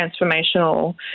transformational